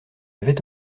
avait